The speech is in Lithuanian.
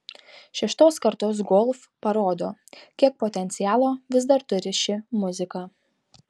šeštos kartos golf parodo kiek potencialo vis dar turi ši muzika